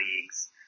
leagues